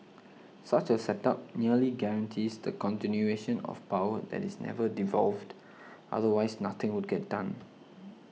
such a setup nearly guarantees the continuation of power that is never devolved otherwise nothing would get done